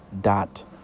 dot